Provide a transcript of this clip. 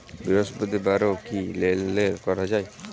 বৃহস্পতিবারেও কি লেনদেন করা যায়?